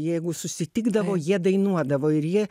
jeigu susitikda jie dainuodavo ir jie